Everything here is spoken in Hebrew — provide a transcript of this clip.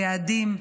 היעדים,